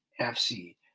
FC